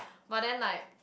but then like